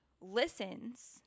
listens